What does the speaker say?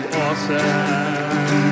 awesome